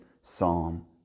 psalm